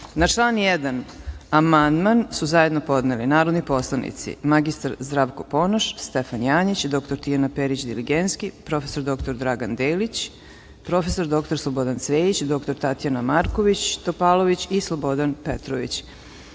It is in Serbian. član 6. amandmane su zajedno podneli narodni poslanici mr. Zdravko Ponoš, Stefan Janjić, dr Tijana Perić Diligenski, prof. dr Dragan Delić, prof. dr Slobodan Cvejić, dr Tatjana Marković Topalović i Slobodan Petrović. Primili